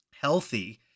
healthy